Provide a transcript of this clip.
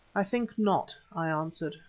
i think not, i answered,